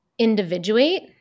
individuate